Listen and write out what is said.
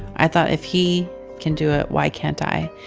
i thought if he can do it, why can't i?